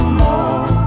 more